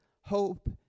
hope